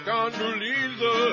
Condoleezza